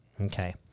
Okay